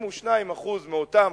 92% מאותם